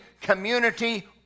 community